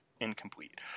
Incomplete